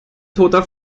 toter